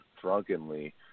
drunkenly